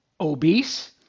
obese